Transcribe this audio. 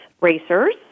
racers